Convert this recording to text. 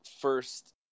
first